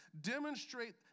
demonstrate